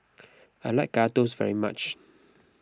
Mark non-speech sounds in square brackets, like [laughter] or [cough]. I like [unintelligible] toast very much